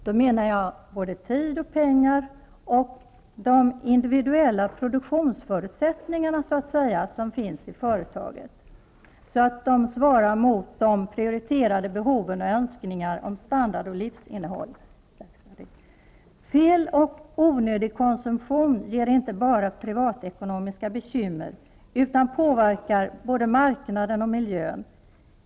Då menar jag både tid och pengar och de individuella produktionsförutsättningarna som finns i företaget. De skall utnyttjas så att de svarar mot prioriterade behov och önskningar om standard och livsinnehåll. Fel och onödig konsumtion ger inte bara privatekonomiska bekymmer utan påverkar både marknaden och miljön.